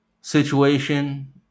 situation